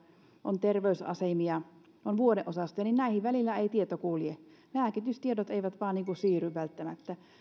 on terveysasemia on vuodeosastoja ja näihin välillä ei tieto kulje lääkitystiedot eivät vain siirry välttämättä ja se on